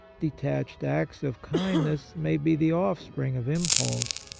detached acts of kindness may be the offspring of impulse.